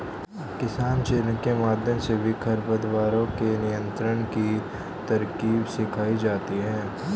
किसान चैनल के माध्यम से भी खरपतवारों के नियंत्रण की तरकीब सिखाई जाती है